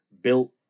built